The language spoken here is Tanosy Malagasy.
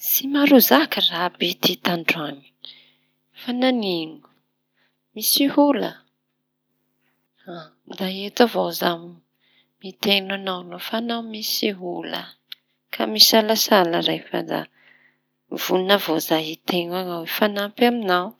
Tsy maro zaka raha be ty tandroany, fa nanino misy ola. Da eto avao za miteañao no fa misy ola, ka misalasala lay fa vononona avao zah hiteno añao; hifanampy aminao.